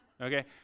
okay